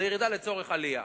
זאת ירידה לצורך עלייה.